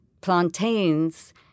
plantains